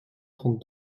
trente